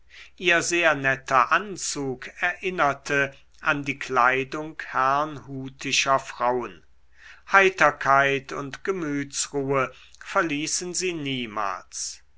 ihr sehr netter anzug erinnerte an die kleidung herrnhutischer frauen heiterkeit und gemütsruhe verließen sie niemals